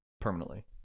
permanently